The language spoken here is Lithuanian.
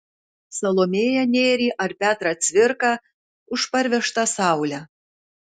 salomėją nėrį ar petrą cvirką už parvežtą saulę